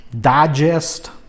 digest